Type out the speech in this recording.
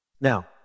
Now